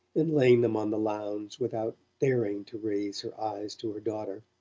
and laying them on the lounge, without daring to raise her eyes to her daughter.